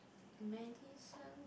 medicine